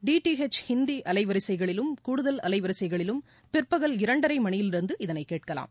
DD H Hindi அலைவரிசையிலும் கூடுதல் அலைவரிசைகளிலும் பிற்பகல் இரண்டரை மணியிலிருந்து இதனை கேட்கலாம்